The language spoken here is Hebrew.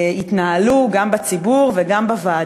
גם בציבור וגם בוועדה.